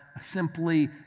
simply